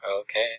Okay